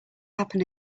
happen